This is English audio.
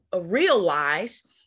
realize